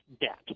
debt